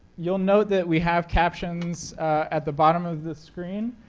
you'll note that we have captions at the bottom of the screen.